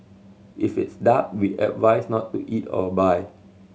if it's dark we advise not to eat or buy